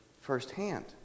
firsthand